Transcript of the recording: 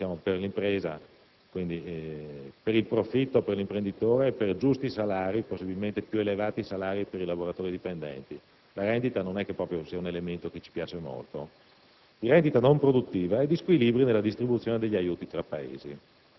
di rendita non produttiva. Non siamo a favore della rendita; noi siamo per l'impresa, quindi per i profitti per l'imprenditore, per i giusti salari, possibilmente più elevati per i lavoratori dipendenti. La rendita non è un elemento che ci piace molto.